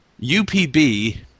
UPB